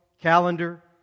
calendar